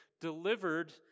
delivered